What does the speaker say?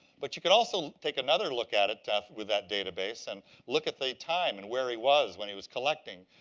but you can also take another look at it with that database, and look at the time and where he was when he was collecting.